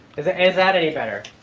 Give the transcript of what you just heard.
is is that any better?